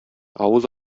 авыз